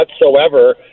whatsoever